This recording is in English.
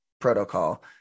protocol